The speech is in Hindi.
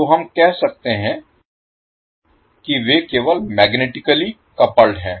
तो हम कह सकते हैं कि वे केवल मैग्नेटिकली कपल्ड हैं